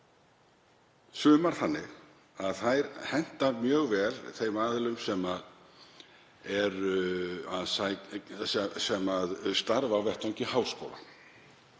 Sumar rannsóknir henta mjög vel þeim aðilum sem starfa á vettvangi háskóla.